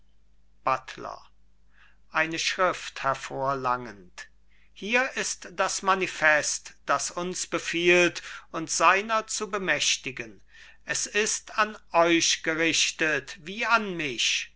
buttler eine schrift hervorlangend hier ist das manifest das uns befiehlt uns seiner zu bemächtigen es ist an euch gerichtet wie an mich